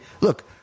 Look